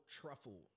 truffle